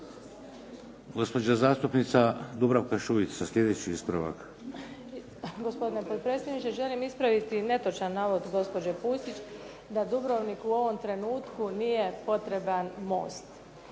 Gospodine potpredsjedniče, želim ispraviti netočan navod gospođe Pusić, da Dubrovniku u ovom trenutku nije potreban most.